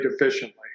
efficiently